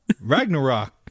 Ragnarok